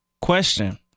question